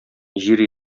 җир